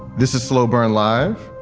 this is slow burn alive.